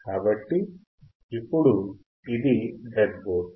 కాబట్టి ఇప్పుడు ఇది బ్రెడ్బోర్డ్